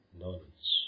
knowledge